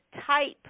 type